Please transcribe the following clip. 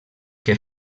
que